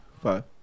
five